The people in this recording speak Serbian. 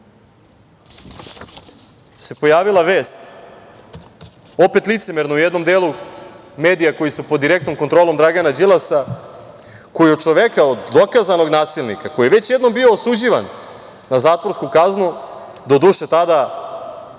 se pojavila vest, opet licemerno, u jednom delu medija koji su pod direktnom kontrolom Dragana Đilasa, koji od čoveka, od dokazanog nasilnika koji je već jednom bio osuđivan na zatvorsku kaznu, doduše, tada